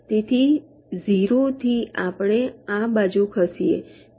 તેથી 0 થી આપણે આ બાજુ ખસી જઇયે છે